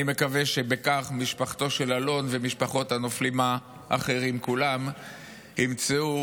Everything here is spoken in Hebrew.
אני מקווה שבכך משפחתו של אלון ומשפחות הנופלים האחרים כולם ימצאו,